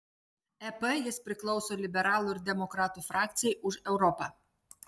ep jis priklauso liberalų ir demokratų frakcijai už europą